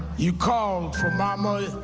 you called for mama,